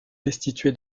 destitué